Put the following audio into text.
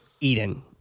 eden